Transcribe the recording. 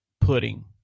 pudding